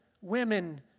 women